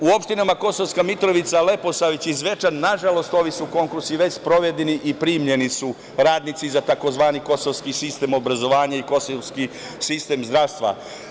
U opštinama Kosovska Mitrovica, Leposavić i Zvečan, nažalost, ovi su konkursi već sprovedeni i primljeni su radnici za tzv. kosovski sistem obrazovanja i kosovski sistem zdravstva.